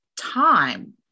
time